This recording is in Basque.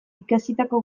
ikasitako